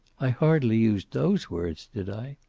i hardly used those words, did i?